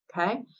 Okay